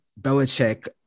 Belichick